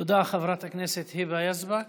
תודה, חברת הכנסת היבה יזבק.